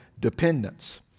dependence